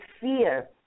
fear